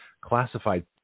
classified